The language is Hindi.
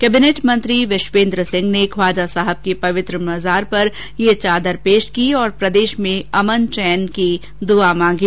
कैबिनेट मंत्री विश्वेन्द्र सिंह ने ख्वाजा साहब की पवित्र मजार पर यह चादर पेश की और प्रदेश में अमन शांति और तरक्की की दुआ मांगी